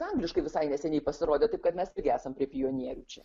angliškai visai neseniai pasirodė taip kad mes irgi esam prie pionierių čia